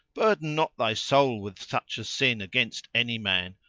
burden not thy soul with such sin against any man.